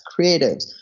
creatives